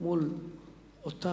מול מה